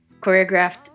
choreographed